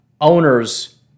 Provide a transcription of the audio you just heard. Owners